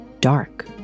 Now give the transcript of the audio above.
dark